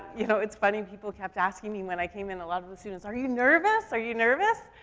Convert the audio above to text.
you know, it's funny. people kept asking me when i came in, a lot of the students, are you nervous? are you nervous?